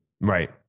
Right